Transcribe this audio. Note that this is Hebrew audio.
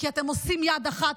כי אתם עושים יד אחת,